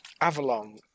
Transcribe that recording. Avalon